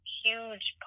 huge